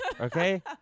Okay